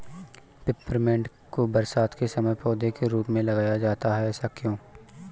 Peppermint को बरसात के समय पौधे के रूप में लगाया जाता है ऐसा क्यो?